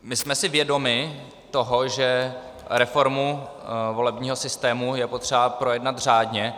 My jsme si vědomi toho, že reformu volebního systému je potřeba projednat řádně.